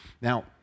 Now